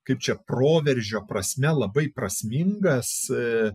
kaip čia proveržio prasme labai prasmingas e